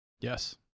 Yes